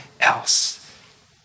else